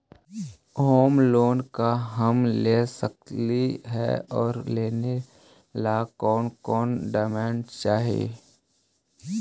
Home loan का हम ले सकली हे, और लेने ला कोन कोन डोकोमेंट चाही?